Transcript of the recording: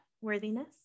worthiness